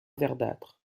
verdâtre